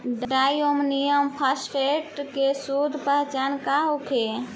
Di ammonium phosphate के शुद्ध पहचान का होखे?